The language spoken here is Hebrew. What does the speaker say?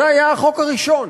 זה היה החוק הראשון.